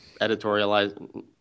editorialized